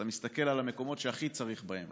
אתה מסתכל על המקומות שהכי צריך בהם,